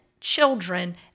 children